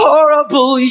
Horrible